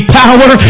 power